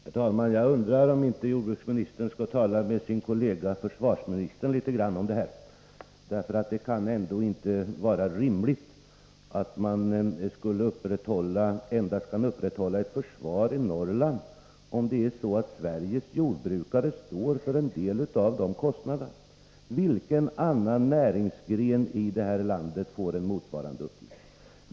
Herr talman! Jag undrar om inte jordbruksministern skall tala med sin kollega försvarsministern litet grand om detta. Det kan ändå inte vara rimligt att man kan upprätthålla ett försvar i Norrland endast om Sveriges jordbrukare står för en del av kostnaden. Vilken annan näringsgren i detta land får en motsvarande uppgift?